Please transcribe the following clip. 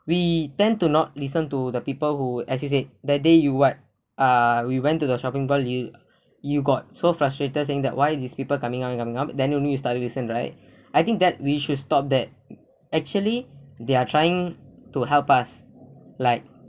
we tend to not listen to the people who as you said that day you what ah we went to the shopping mall you you got so frustrated saying that why these people coming and then only you study to listen right I think that we should stop that actually they are trying to help us like